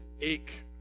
ache